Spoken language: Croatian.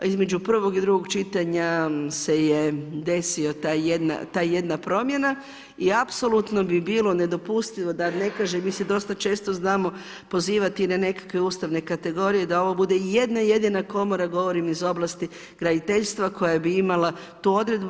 Između prvog i drugog čitanja se je desila ta jedna promjena i apsolutno bi bilo nedopustivo, da ne kažem, mi se dosta često znamo pozivati na nekakve ustavne kategorije da ovo bude i jedna jedina komora govorim iz oblasti graditeljstva koja bi imala tu odredbu.